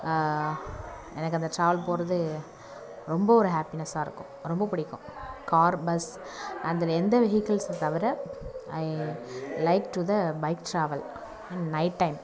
எனக்கு அந்த ட்ராவல் போகிறது ரொம்ப ஒரு ஹாப்பினஸாக இருக்கும் ரொம்ப பிடிக்கும் கார் பஸ் அண்ட் தென் எந்த வெஹிகள்ஸை தவிர I like to the bike travel in night time